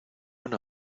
una